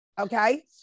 Okay